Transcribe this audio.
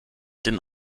den